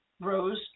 Rose